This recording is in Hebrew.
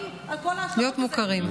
להיות מוכרים.